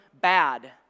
bad